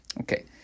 Okay